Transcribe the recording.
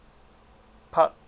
part